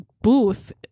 booth